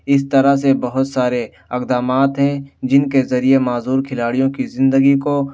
اس طرح سے بہت سارے اقدامات ہیں جن کے ذریعے معذور کھلاڑیوں کی زندگی کو